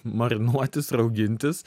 marinuotis raugintis